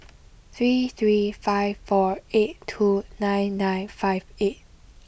three three five four eight two nine nine five eight